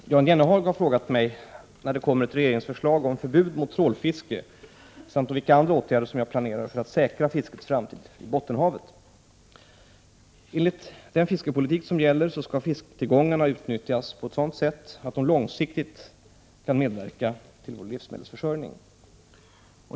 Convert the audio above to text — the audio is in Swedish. Herr talman! Jan Jennehag har frågat mig när det kommer ett regeringsförslag om förbud mot trålfiske samt om vilka andra åtgärder som jag planerar för att säkra fiskets framtid i Bottenhavet. Enligt gällande fiskepolitik skall fisktillgångarna utnyttjas på sådant sätt att de långsiktigt kan medverka till livsmedelsförsörjningen.